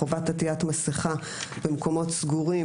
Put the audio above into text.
חובת עטית מסכה במקומות סגורים,